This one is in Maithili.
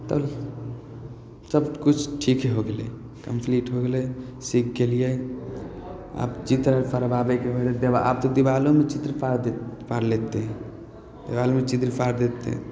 तब सबकिछु ठीक हो गेलै कम्प्लीट हो गेलै सीखि गेलिए आब चित्र पड़बाबैके होइ आब तऽ दिबालोमे चित्र पाड़ि लेते दिबालमे चित्र पाड़ि देते